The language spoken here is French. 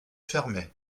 fermé